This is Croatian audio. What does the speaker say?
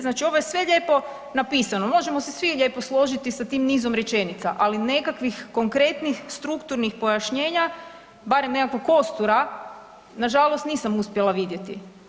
Znači ovo je sve lijepo napisano, možemo se svi lijepo složiti sa tim nizom rečenica, ali nekakvih konkretnih strukturnih pojašnjenja barem nekakvog kostura nažalost nisam uspjela vidjeti.